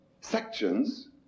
sections